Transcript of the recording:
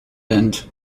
end